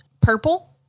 purple